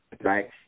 right